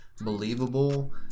believable